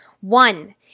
One